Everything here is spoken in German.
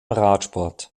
radsport